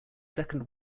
second